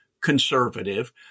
conservative